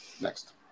Next